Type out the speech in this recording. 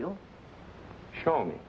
you show me